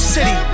City